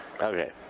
okay